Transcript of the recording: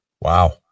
Wow